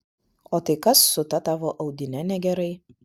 o tai kas su ta tavo audine negerai